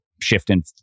shifting